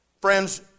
Friends